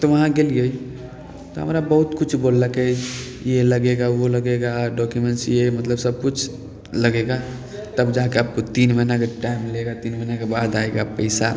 तऽ वहाँ गेलियै तऽ हमरा बहुत किछु बोललकै ये लगेगा वो लगेगा डाक्युमेन्ट्स ये मतलब सभकिछु लगेगा तब जा कऽ आपको तीन महीना का टाइम लेगा तीन महीनाके बाद आएगा पैसा